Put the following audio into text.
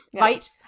right